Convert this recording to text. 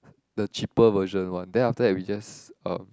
the cheaper version one then after that we just uh